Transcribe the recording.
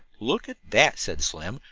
look at that, said slim,